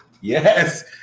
Yes